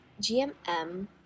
GMM